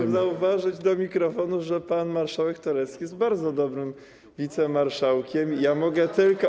Chcę zauważyć do mikrofonu, że pan marszałek Terlecki jest bardzo dobrym wicemarszałkiem i mogę tylko.